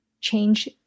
change